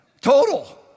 total